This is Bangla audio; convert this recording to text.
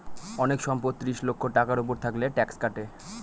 অনেক সম্পদ ত্রিশ লক্ষ টাকার উপর থাকলে ট্যাক্স কাটে